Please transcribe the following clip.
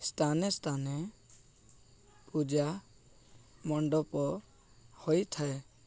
ସ୍ଥାନେ ସ୍ଥାନେ ପୂଜା ମଣ୍ଡପ ହୋଇଥାଏ